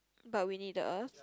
but we need the earth